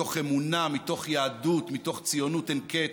מתוך אמונה, מתוך יהדות, מתוך ציונות אין-קץ.